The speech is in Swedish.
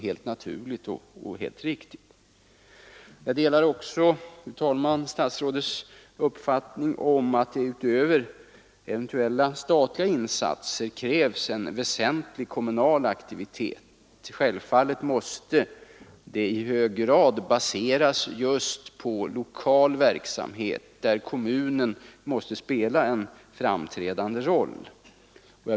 Jag delar också statsrådets uppfattning att det utöver eventuella statliga insatser krävs en väsentlig kommunal aktivitet. Självfallet måste detta i hög grad baseras just på lokal verksamhet, där kommunen måste spela en framträdande roll.